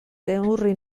neurri